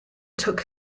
took